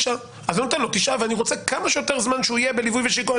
אז הוא נותן לו תשעה והוא רוצה כמה שיותר זמן שהוא יהיה בליווי ושיקום.